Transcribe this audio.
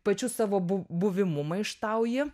pačiu savo bu buvimu maištauji